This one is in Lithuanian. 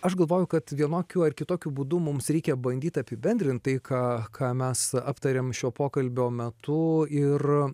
aš galvoju kad vienokiu ar kitokiu būdu mums reikia bandyt apibendrint tai ką ką mes aptarėm šio pokalbio metu ir